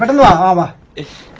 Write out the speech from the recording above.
blah